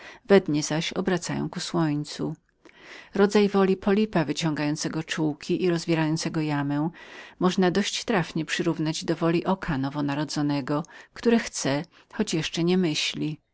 we dnie zaś obracają ku słońcu rodzaj woli polypa wyciągającego ramiona można dość słusznie przyrównać do woli dziecka nowonarodzonego które chce choć jeszcze nie myślało